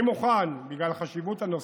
אני מוכן, בגלל חשיבות הנושא,